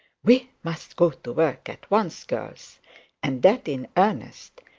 we must go to work at once, girls and that in earnest.